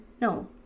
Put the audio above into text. no